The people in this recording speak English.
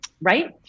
Right